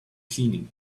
cleaning